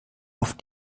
auf